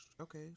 okay